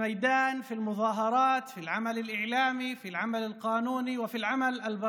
אנו מנסים באמצעות פעילותנו הפוליטית בפרלמנט ובשטח להשפיע על החלטות